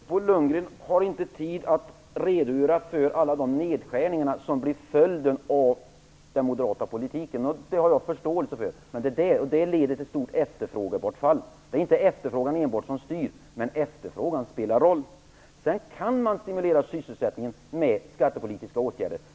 Fru talman! Bo Lundgren har inte tid att redogöra för alla de nedskärningar som blir följden av den moderata politiken. Det har jag förståelse för. Men det leder till ett stort efterfrågebortfall. Det är inte enbart efterfrågan som styr, men efterfrågan spelar roll. Sedan kan man stimulera sysselsättningen med skattepolitiska åtgärder.